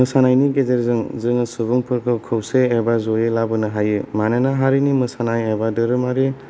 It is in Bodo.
मोसानायनि गेजेरजों जों सुबुंफोरखौ खौसे एबा ज'यै लाबोनो हायो मानोना हारिनि मोसानाय एबा धोरोमारि